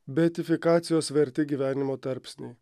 beatifikacijos vertė gyvenimo tarpsnį